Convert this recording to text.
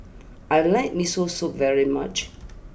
I like Miso Soup very much